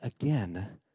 again